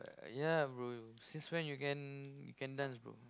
ya bro since when you can you can dance bro